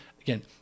again